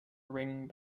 ring